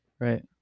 Right